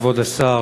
כבוד היושב-ראש,